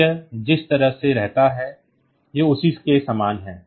तो यह जिस तरह से रहता है यह उसी के समान है